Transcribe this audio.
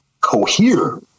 cohere